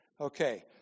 Okay